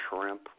shrimp